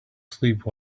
sleep